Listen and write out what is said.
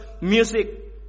music